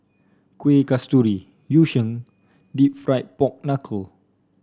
Kuih Kasturi Yu Sheng Deep Fried Pork Knuckle